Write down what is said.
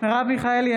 מרב מיכאלי,